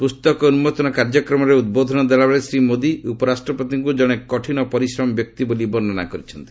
ପୁସ୍ତକ ଉନ୍କୋଚନ କାର୍ଯ୍ୟକ୍ରମରେ ଉଦ୍ବୋଧନ ଦେଲାବେଳେ ଶ୍ରୀ ମୋଦି ଉପରାଷ୍ଟ୍ରପତିଙ୍କୁ କଣେ କଠିନ ପରିଶ୍ରମୀ ବ୍ୟକ୍ତି ବୋଲି ବର୍ଷ୍ଣନା କରିଛନ୍ତି